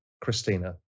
Christina